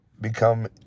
Become